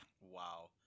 Wow